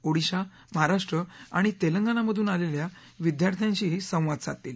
ओडिशा महाराष्ट्र आणि तेलंगणा मधून आलेल्या विद्यार्थ्यांशीही संवाद साधतील